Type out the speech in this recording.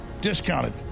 discounted